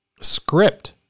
script